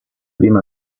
prime